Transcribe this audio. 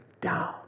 down